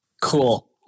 Cool